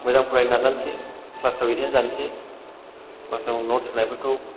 मोजां फरायनो नाजासै क्लासफ्राव एथेन्ट जानोसै क्लासाव नथ्स होनायफोरखौ